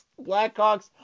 Blackhawks